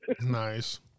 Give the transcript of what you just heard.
Nice